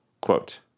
Quote